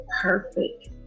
perfect